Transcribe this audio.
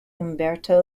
umberto